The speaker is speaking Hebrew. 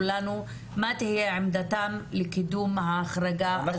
לנו מה תהיה עמדתם לקידום ההחרגה הזו.